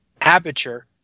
aperture